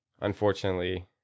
Unfortunately